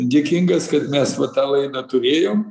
dėkingas kad mes vat tą laidą turėjom